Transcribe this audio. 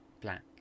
black